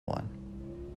one